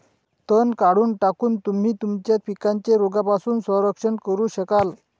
तण काढून टाकून, तुम्ही तुमच्या पिकांचे रोगांपासून संरक्षण करू शकाल